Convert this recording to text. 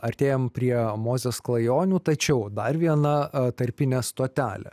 artėjam prie mozės klajonių tačiau dar viena tarpinė stotelė